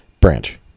Branch